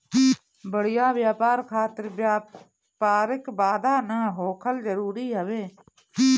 बढ़िया व्यापार खातिर व्यापारिक बाधा ना होखल जरुरी हवे